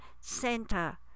center